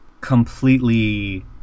completely